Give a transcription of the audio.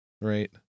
Right